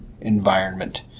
environment